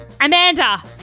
Amanda